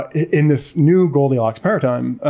but in this new goldilocks paradigm,